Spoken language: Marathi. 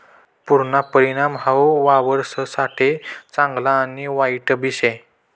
पुरना परिणाम हाऊ वावरससाठे चांगला आणि वाईटबी शे